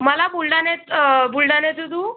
मला बुलढाण्यात बुलढाण्याचं टू